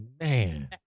man